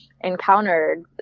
Encountered